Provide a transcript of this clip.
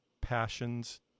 passions